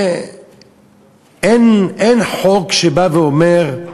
ואין חוק שבא ואומר: